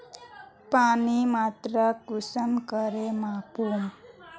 पानीर मात्रा कुंसम करे मापुम?